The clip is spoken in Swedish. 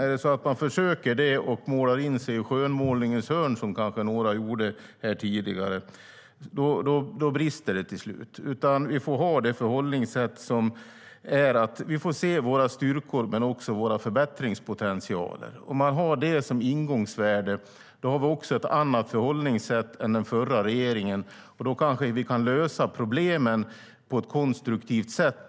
Försöker man det och målar in sig i skönmålningens hörn, vilket kanske några här gjorde tidigare, brister det till slut. Vi får ha förhållningssättet att vi ser våra styrkor men också vår förbättringspotential. Med det som ingång har vi ett annat förhållningssätt än den förra regeringen, och då kanske vi kan lösa problemen på ett konstruktivt sätt.